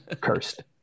cursed